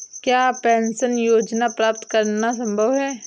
क्या पेंशन योजना प्राप्त करना संभव है?